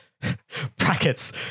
brackets